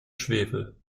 schwefel